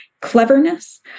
cleverness